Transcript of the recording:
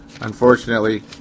unfortunately